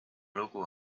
lugu